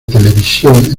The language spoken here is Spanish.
televisión